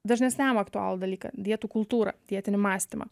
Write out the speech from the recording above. dažnesniem aktualų dalyką dietų kultūrą dietinį mąstymą